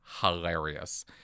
hilarious